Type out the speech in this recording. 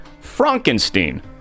Frankenstein